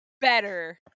better